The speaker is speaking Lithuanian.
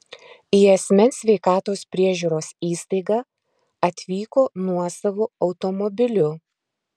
į asmens sveikatos priežiūros įstaigą atvyko nuosavu automobiliu